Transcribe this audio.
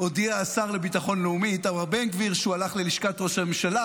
הודיע השר לביטחון לאומי איתמר בן גביר שהוא הלך ללשכת ראש הממשלה,